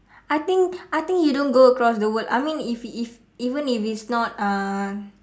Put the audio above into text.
I think I think you don't go across the world I mean if if even if it's not uh